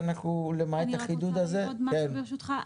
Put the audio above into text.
אני רק רוצה להגיד משהו ברשותך.